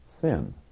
sin